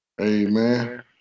Amen